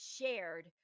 shared